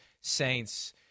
Saints